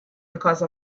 because